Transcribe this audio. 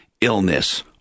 illness